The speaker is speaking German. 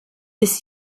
bis